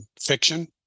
fiction